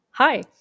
Hi